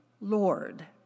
Lord